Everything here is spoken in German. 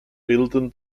bilden